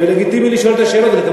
לא קיבלתי תשובה.